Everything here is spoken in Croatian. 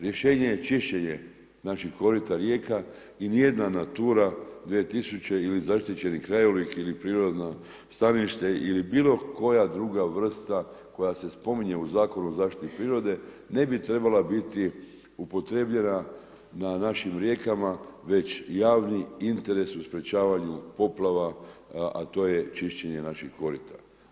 Rješenje je čišćenje naših korita rijeka i ni jedna Natura 2000. ili zaštićeni krajolik ili prirodno stanište ili bilo koja druga vrsta koja se spominje u Zakonu o zaštiti prirode ne bi trebala biti upotrebljena na našim rijekama već javni interes u sprečavanju poplava, a to je čišćenje naših korita.